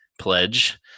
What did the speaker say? pledge